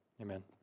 Amen